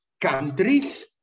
countries